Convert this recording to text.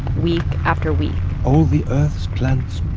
week after week all the earth's plants